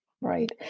Right